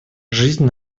жизнь